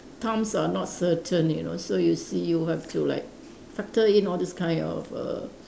times are not certain you know so you see you have to like factor in all this kind of err